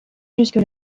jusque